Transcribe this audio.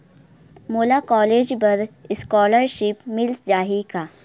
मोला कॉलेज बर स्कालर्शिप मिल जाही का?